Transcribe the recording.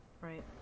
Right